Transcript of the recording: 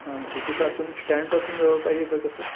हां सिटीपासून स्टँडपासून जवळ पाहिजे का कसं